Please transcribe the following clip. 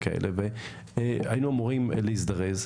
והיינו אמורים להזדרז.